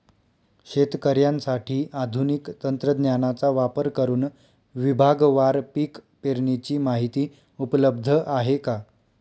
शेतकऱ्यांसाठी आधुनिक तंत्रज्ञानाचा वापर करुन विभागवार पीक पेरणीची माहिती उपलब्ध आहे का?